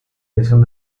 edición